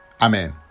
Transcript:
Amen